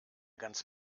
ganz